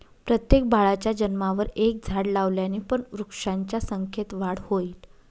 प्रत्येक बाळाच्या जन्मावर एक झाड लावल्याने पण वृक्षांच्या संख्येत वाढ होईल